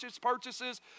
purchases